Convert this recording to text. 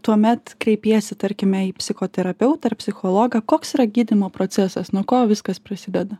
tuomet kreipiesi tarkime į psichoterapeutą ar psichologą koks yra gydymo procesas nuo ko viskas prasideda